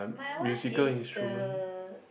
my one is the